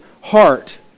heart